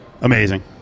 amazing